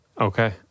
Okay